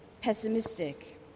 pessimistic